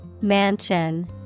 Mansion